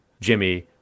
Jimmy